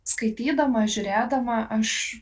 skaitydama žiūrėdama aš